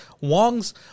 Wong's